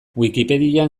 wikipedian